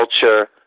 culture